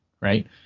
Right